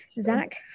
Zach